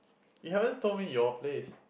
you haven't told me your place